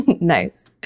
Nice